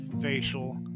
facial